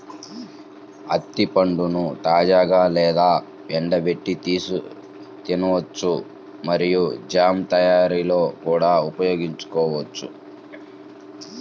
అత్తి పండ్లను తాజాగా లేదా ఎండబెట్టి తినవచ్చు మరియు జామ్ తయారీలో కూడా ఉపయోగించవచ్చు